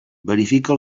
verifica